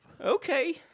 Okay